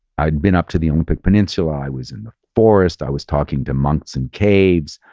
i'd been up to the olympic peninsula. i was in the forest, i was talking to monks and caves.